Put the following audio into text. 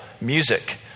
music